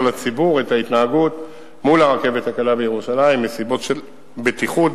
לציבור את ההתנהגות מול הרכבת הקלה בירושלים מסיבות של בטיחות.